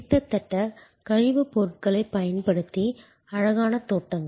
கிட்டத்தட்ட கழிவுப் பொருட்களைப் பயன்படுத்தி அழகான தோட்டங்கள்